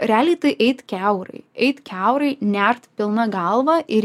realiai tai eit kiaurai eit kiaurai nert pilna galva ir